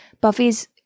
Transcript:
Buffy's